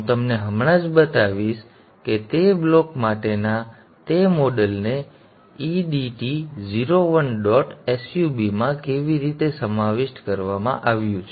હું તમને હમણાં જ બતાવીશ કે તે બ્લોક માટેના તે મોડેલને edt 01 dot subમાં કેવી રીતે સમાવિષ્ટ કરવામાં આવ્યું છે